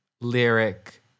lyric